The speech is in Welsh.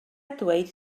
dweud